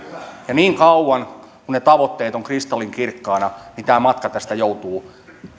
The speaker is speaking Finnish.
ja niin kauan kun ne tavoitteet ovat kristallinkirkkaana niin tämä matka tästä joutuu tavoitteet